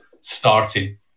starting